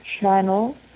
channel